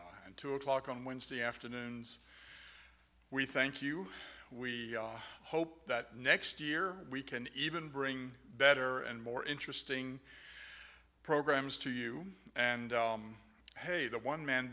two o'clock on wednesday afternoons we thank you we hope that next year we can even bring better and more interesting programs to you and pay the one man